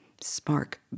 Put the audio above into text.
spark